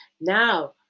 Now